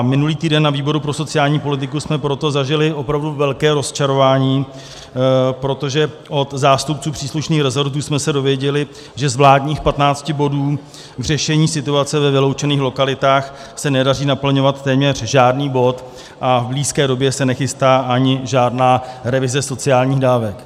Minulý týden ve výboru pro sociální politiku jsme proto zažili opravdu velké rozčarování, protože od zástupců příslušných resortů jsme se dozvěděli, že z vládních patnácti bodů k řešení situace ve vyloučených lokalitách se nedaří naplňovat téměř žádný bod a v blízké době se nechystá ani žádná revize sociálních dávek.